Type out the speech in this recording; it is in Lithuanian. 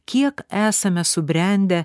kiek esame subrendę